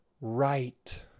right